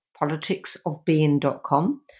politicsofbeing.com